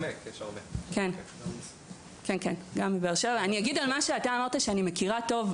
אני אגיד על מה שאמרת ואני מכירה טוב,